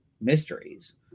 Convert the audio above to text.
mysteries